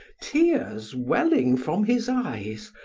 tears welling from his eyes,